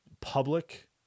public